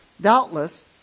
Doubtless